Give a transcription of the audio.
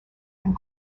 and